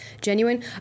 genuine